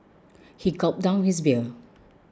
he gulped down his beer